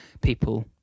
people